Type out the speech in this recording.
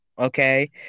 Okay